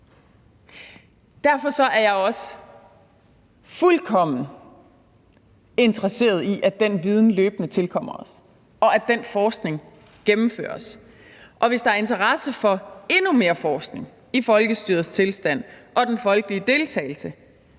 Derfor er jeg også fuldkommen interesseret i, at den viden løbende tilgår os, og at den forskning gennemføres, og hvis der er interesse for endnu mere forskning i folkestyrets tilstand og i den folkelige deltagelse,